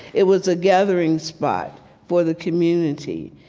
it was a gathering spot for the community.